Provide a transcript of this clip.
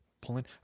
pulling